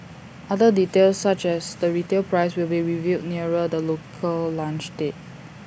other details such as the retail price will be revealed nearer the local launch date